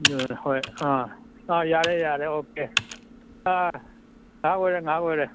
ꯍꯣꯏ ꯌꯥꯔꯦ ꯌꯥꯔꯦ ꯑꯣꯀꯦ ꯉꯥꯏꯍꯥꯛ ꯑꯣꯏꯔꯦ ꯉꯥꯏꯍꯥꯛ ꯑꯣꯏꯔꯦ